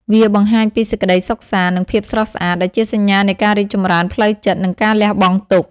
វាបង្ហាញពីសេចក្ដីសុខសាន្ត និងភាពស្រស់ស្អាត ដែលជាសញ្ញានៃការរីកចម្រើនផ្លូវចិត្ត និងការលះបង់ទុក្ខ។